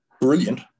brilliant